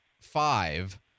five